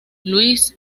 luis